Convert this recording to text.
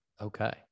Okay